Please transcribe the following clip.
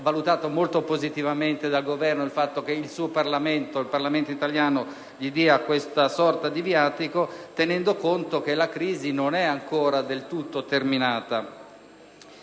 valutato molto positivamente dal Governo il fatto che il Parlamento italiano gli dia questa sorta di viatico, tenendo conto che la crisi non è ancora del tutto terminata.